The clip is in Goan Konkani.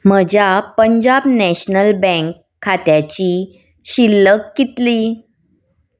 म्हज्या पंजाब नॅशनल बँक खात्याची शिल्लक कितली